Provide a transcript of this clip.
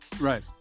Right